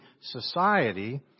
society